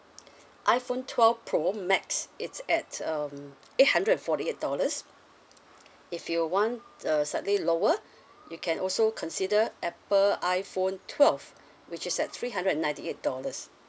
iphone twelve pro max it's at um eight hundred and forty eight dollars if you want uh slightly lower you can also consider apple iphone twelve which is at three hundred and ninety eight dollars